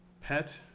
pet